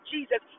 Jesus